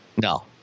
no